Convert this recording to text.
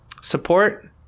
support